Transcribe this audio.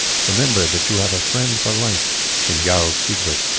remember that you have a friend for life in jarl siegbert.